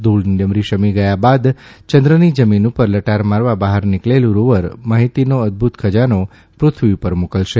ધૂળની ડમરી શમી ગયા બાદ ચંદ્રની જમીન ઉપર લટાર મારવા બહાર નીકળેલું રોવર માહિતીનો અદભૂત ખજાનો પૃથ્વી ઉપર મોકલશે